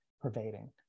pervading